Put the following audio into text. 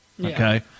Okay